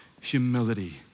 humility